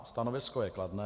Stanovisko je kladné.